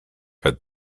had